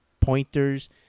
pointers